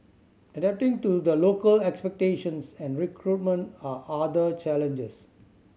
adapting to the local expectations and recruitment are other challenges